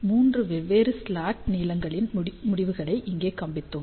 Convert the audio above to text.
மூன்று வெவ்வேறு ஸ்லாட் நீளங்களின் முடிவுகளை இங்கே காண்பித்தோம்